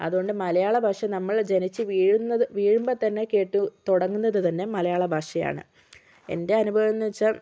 അത് കൊണ്ട് മലയാള ഭാഷ നമ്മൾ ജനിച്ച് വീഴുന്നത് വീഴുമ്പോൾ തന്നെ കേട്ട് തുടങ്ങുന്നത് തന്നെ മലയാള ഭാഷയാണ് എൻ്റെ അനുഭവം എന്ന് വെച്ചാൽ